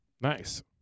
Nice